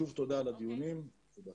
שוב תודה על הדיונים ובהצלחה.